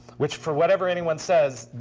which, for whatever anyone says,